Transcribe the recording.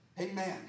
Amen